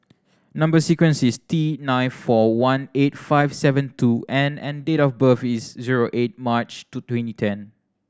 number sequence is T nine four one eight five seven two N and date of birth is zero eight March two twenty ten